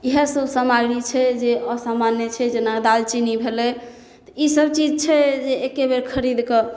इएह सब सामाग्री छै जे असामान्य छै जेना दालचीनी भेलै ई सब चीज छै जे एकेबेर खरीद कऽ